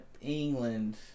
England